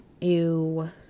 Ew